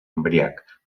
embriac